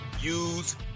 use